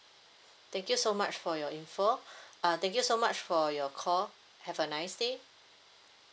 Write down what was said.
thank you so much for your info uh thank you so much for your call have a nice day